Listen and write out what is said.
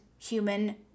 human